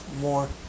more